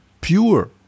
pure